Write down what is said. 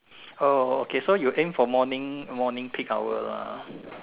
oh okay so you aim for morning morning peak hour lah